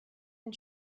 and